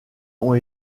ont